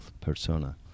persona